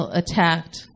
attacked